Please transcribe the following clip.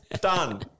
Done